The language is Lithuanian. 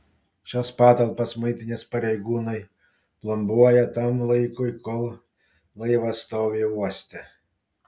šias patalpas muitinės pareigūnai plombuoja tam laikui kol laivas stovi uoste